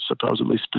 supposedly